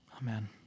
Amen